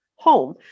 home